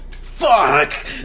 fuck